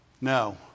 No